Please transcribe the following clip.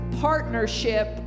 partnership